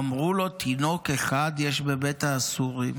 אמרו לו: תינוק אחד יש בבית האסורים,